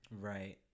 right